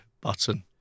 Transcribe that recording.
button